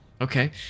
okay